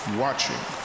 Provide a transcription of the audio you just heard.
watching